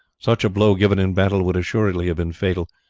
such a blow given in battle would assuredly have been fatal,